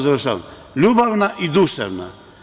Završavam. … ljubavna i duševna.